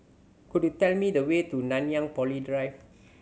could you tell me the way to Nanyang Poly Drive